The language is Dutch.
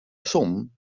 zon